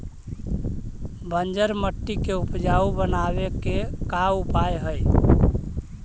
बंजर मट्टी के उपजाऊ बनाबे के का उपाय है?